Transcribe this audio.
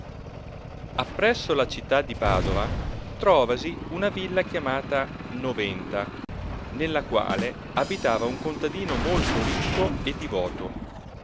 appresso la città di padova trovasi una villa chiamata noventa nella quale abitava uu contadino molto ricco e divoto